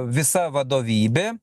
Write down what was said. visa vadovybė